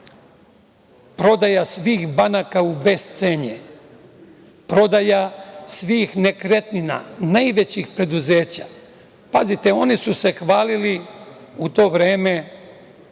prodaja svih banaka u bescenje, prodaja svih nekretnina, najvećih preduzeća. Pazite, oni su se hvalili u to vreme,